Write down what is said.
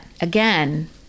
again